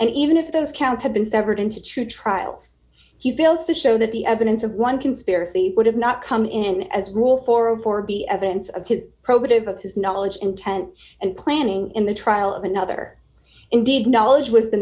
and even if those counts had been severed into true trials he fails to show that the evidence of one conspiracy would have not come in as rule for of or be evidence of his probative of his knowledge intent and planning in the trial of another indeed knowledge was the